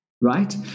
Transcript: right